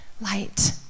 light